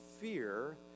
fear